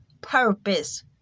purpose